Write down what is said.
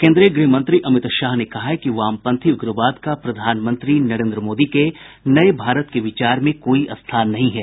केन्द्रीय गृहमंत्री अमित शाह ने कहा है कि वामपंथी उग्रवाद का प्रधानमंत्री नरेंद्र मोदी के नए भारत के विचार में कोई स्थान नहीं है